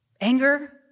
anger